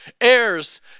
heirs